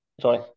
Sorry